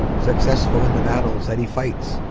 successful in the battles that he fights,